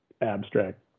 abstract